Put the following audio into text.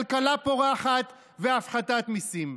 כלכלה פורחת והפחתת מיסים.